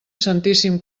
santíssim